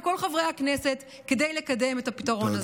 כל חברי הכנסת כדי לקדם את הפתרון הזה.